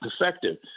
effective